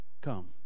Come